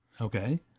Okay